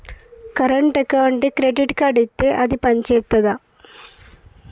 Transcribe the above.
Current అకౌంట్కి credit card ఇత్తే అది పని చేత్తదా?